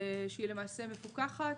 שהיא למעשה מפוקחת,